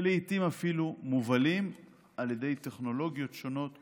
ולעיתים אפילו מובלים, על ידי טכנולוגיות שונות,